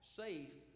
safe